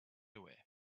away